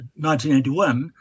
1981